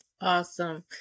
Awesome